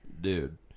dude